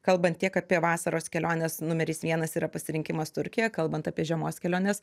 kalbant tiek apie vasaros keliones numeris vienas yra pasirinkimas turkija kalbant apie žiemos keliones